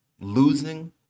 losing